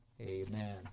Amen